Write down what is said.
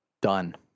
done